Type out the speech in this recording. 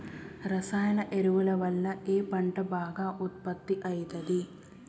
రసాయన ఎరువుల వల్ల ఏ పంట బాగా ఉత్పత్తి అయితది?